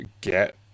get